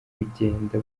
bugenda